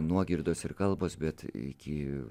nuogirdos ir kalbos bet iki